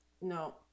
no